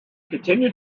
continued